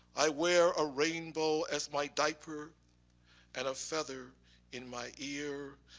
i wear a rainbow as my diaper and a feather in my ear.